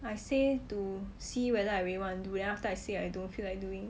I say to see whether I really want to then after I say I don't feel like doing